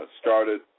started